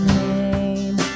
name